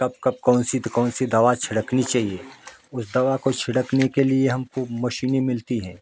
तब कौन कौन सी दवा चाहिए उस दवा को छिड़कने के लिए हमको मशीनें मिलती हैं